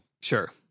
Sure